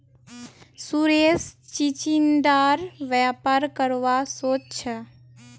सुरेश चिचिण्डार व्यापार करवा सोच छ